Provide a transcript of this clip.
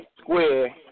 square